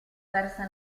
persa